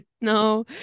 No